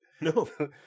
No